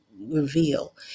reveal